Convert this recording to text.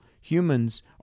humans